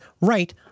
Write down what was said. right